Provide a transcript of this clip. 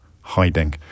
hiding